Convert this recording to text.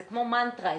זה כמו מנטרה אצלנו.